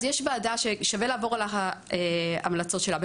אז יש ועדה ששווה לעבור על ההמלצות שלה.